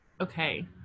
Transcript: Okay